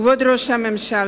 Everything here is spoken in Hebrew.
כבוד ראש הממשלה,